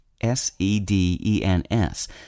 S-E-D-E-N-S